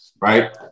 right